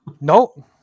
no